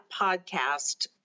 podcast